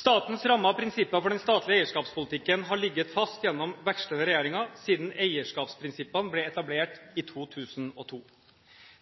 Statens rammer og prinsipper for den statlige eierskapspolitikken har ligget fast gjennom vekslende regjeringer siden eierskapsprinsippene ble etablert i 2002.